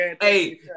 hey